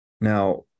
Now